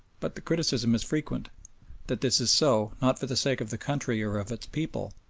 but the criticism is frequent that this is so, not for the sake of the country or of its people,